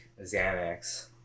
Xanax